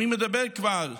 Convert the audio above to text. מי מדבר כבר,